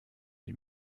die